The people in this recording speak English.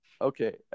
Okay